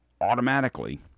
automatically